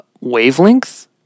wavelength